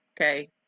Okay